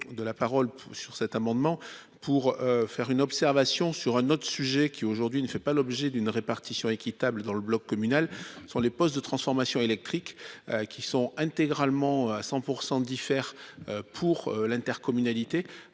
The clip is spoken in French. De la parole sur cet amendement pour faire une observation sur un autre sujet qui aujourd'hui ne fait pas l'objet d'une répartition équitable dans le bloc communal sont les postes de transformation électrique qui sont intégralement à 100% diffère pour l'intercommunalité